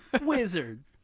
Wizard